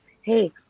hey